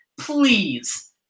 Please